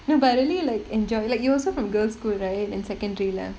no but I really like enjoy like you also from girl's school right in secondary lah